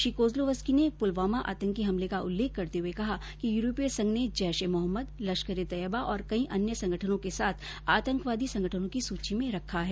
श्री कोज्लोवस्कीने पुलवामा आतंकी हमले का उल्लेख करते हुए कहा कि यूरोपीय संघ ने जैश ए मोहम्मद लश्कर ए तैयबा और कई अन्य संगठनों के साथ आतंकवादी संगठनों की सुची में रखा है